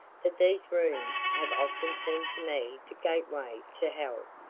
that these rooms have often seemed to me the gateway to hell,